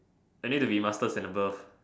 you need to be masters and above